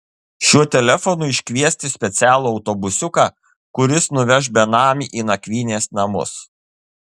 šiuo telefonu iškviesti specialų autobusiuką kuris nuveš benamį į nakvynės namus